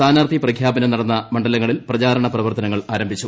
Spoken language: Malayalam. സ്ഥാനാർത്ഥി പ്രഖ്യാപനം നടന്ന മണ്ഡലങ്ങളിൽ പ്രചാരണ പ്രവർത്തനങ്ങൾ ആരംഭിച്ചു